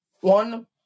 one